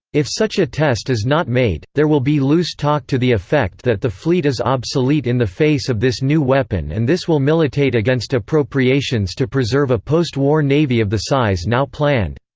if such a test is not made, there will be loose talk to the effect that the fleet is obsolete in the face of this new weapon and this will militate against appropriations to preserve a postwar navy of the size now planned.